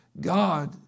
God